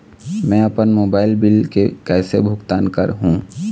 मैं अपन mobile bill के कैसे भुगतान कर हूं?